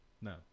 no